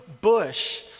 bush